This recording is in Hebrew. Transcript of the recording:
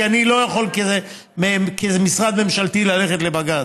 כי אני לא יכול כמשרד ממשלתי ללכת לבג"ץ.